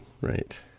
right